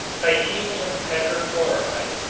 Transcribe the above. titanium tetra-chloride,